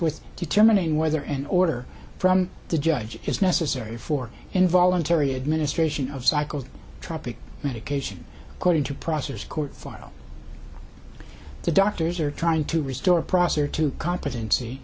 with determining whether an order from the judge is necessary for involuntary administration of cycle tropic medication according to process court file the doctors are trying to restore prosser to competency